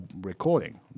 recording